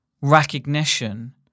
recognition